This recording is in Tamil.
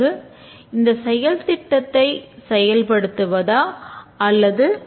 பிறகு இந்த செயல்திட்டத்தை செயல்படுத்துவதா அல்லது கைவிடுவதா என்பதைத் தீர்மானிக்க வேண்டும்